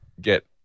get